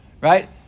right